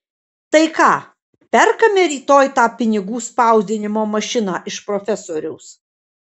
tai ką perkame rytoj tą pinigų spausdinimo mašiną iš profesoriaus